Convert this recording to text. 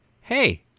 hey